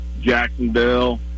Jacksonville